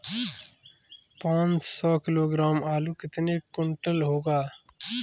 पाँच सौ किलोग्राम आलू कितने क्विंटल होगा?